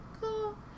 cool